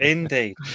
Indeed